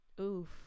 oof